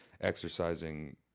exercising